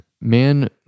Man